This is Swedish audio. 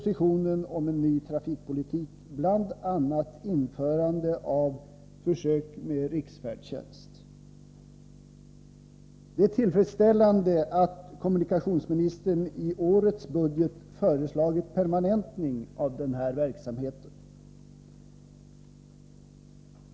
försök med riksfärdtjänst. Det är tillfredsställande att kommunikationsministern i årets budget föreslagit permanentning av denna verksamhet.